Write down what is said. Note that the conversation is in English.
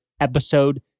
Episode